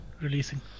releasing